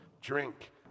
drink